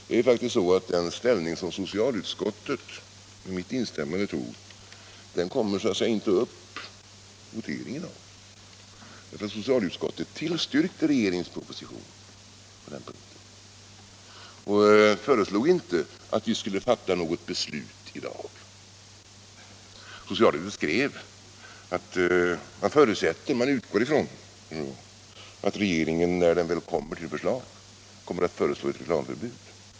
Det är faktiskt så, att den ståndpunkt som socialutskottet, med mitt instämmande, tog inte kommer upp till votering, därför att socialutskottet tillstyrkte regeringens proposition på den punkten och inte föreslog att vi skulle fatta något beslut i dag. Socialutskottet skrev att man utgår ifrån att regeringen när den är färdig kommer att föreslå ett reklamförbud.